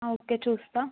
okay చూస్తాను